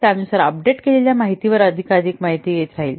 त्यानुसार अपडेट केलेल्या माहितीवर अधिकाधिक माहिती येत राहील